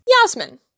Yasmin